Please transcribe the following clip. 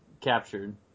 captured